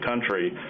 country